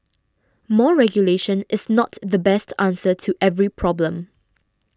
more regulation is not the best answer to every problem